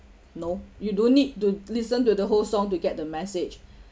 no you don't need to listen to the whole song to get the message